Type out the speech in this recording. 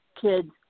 kids